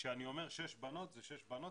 וכשאני אומר שש בנות זה שש בנות,